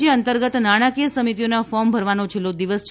જે અંતર્ગત નાણાકીય સમિતિઓના ફોર્મ ભરવાનો છેલ્લો દિવસ તા